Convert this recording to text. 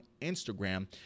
Instagram